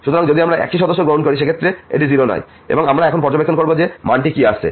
সুতরাং যদি আমরা একই সদস্য গ্রহণ করি সেক্ষেত্রে এটি 0 নয় এবং আমরা এখন পর্যবেক্ষণ করব যে মানটি কী আসছে